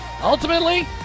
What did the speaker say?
ultimately